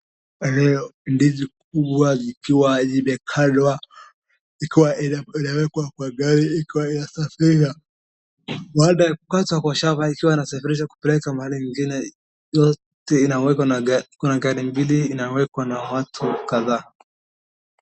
Hiyo ndizi kubwa zikiwa zimekatwa ikiwa inawekwa kwa gari ikiwa inasafirishwa. Baadaya ya kukatwa kwa shamba ikiwa inasafirishwa kupelekwa mahali ingine zote inawekwa kwa gari mbili inawekwa na watu kadhaa.